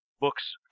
books